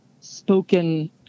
spoken